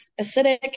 acidic